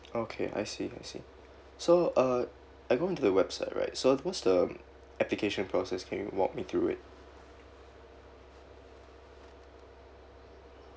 okay I see I see so uh I go into the website right so what's the um application process can you walk me through it